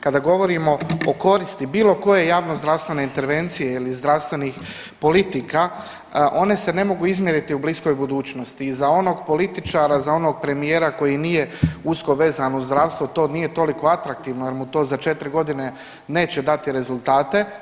Kada govorimo o koristi bilo koje javnozdravstvene intervencije ili zdravstvenih politika one se ne mogu izmjeriti u bliskoj budućnosti i za onog političara i za onog premijera koji nije usko vezan uz zdravstvo to nije toliko atraktivno jer mu to za četiri godine neće dati rezultate.